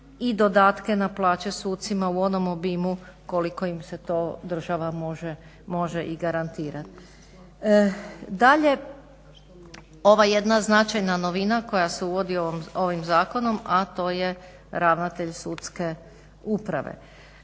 i dodatke na plaće sucima u onom obimu koliko im to država može i garantirati. Dalje, ova jedna značajna novina koja se uvodi ovim zakonom, a to je ravnatelj Sudske uprave.